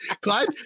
Clyde